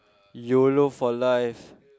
yolo for life